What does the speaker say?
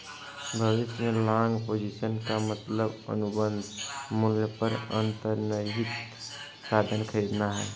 भविष्य में long position का मतलब अनुबंध मूल्य पर अंतर्निहित साधन खरीदना है